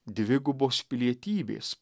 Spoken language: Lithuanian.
dvigubos pilietybės